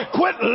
Quit